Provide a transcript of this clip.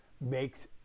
makes